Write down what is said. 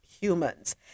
humans